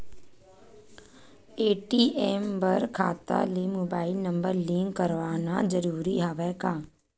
ATM बर खाता ले मुबाइल नम्बर लिंक करवाना ज़रूरी हवय का?